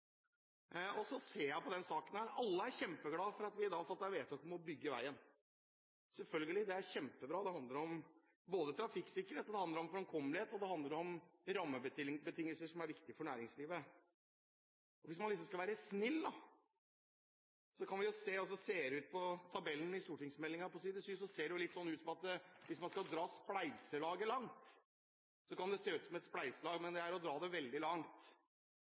vei! Så ser jeg på denne saken. Alle er kjempeglade for at vi i dag har fattet vedtak om å bygge veien. Selvfølgelig, det er kjempebra. Det handler om både trafikksikkerhet, fremkommelighet og rammebetingelser som er viktige for næringslivet. Hvis man liksom skal være snill, kan man se hvordan det ser ut på tabellen i stortingsmeldingen på side 7. Hvis man vil dra ordet spleiselag langt, kan det se ut som et spleiselag. Men det er å dra det veldig langt,